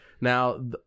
Now